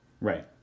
Right